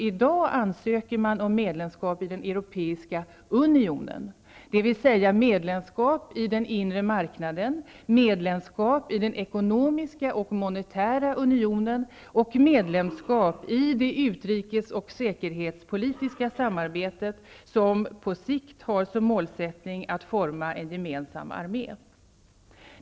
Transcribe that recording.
I dag ansöker man om medlemskap i Europeiska unionen, dvs. medlemskap i den inre marknaden, medlemskap i den ekonomiska monitära unionen, och medlemskap i det utrikes och säkerhetspolitiska samarbete som på sikt har som mål att forma en gemensam armé.